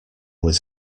was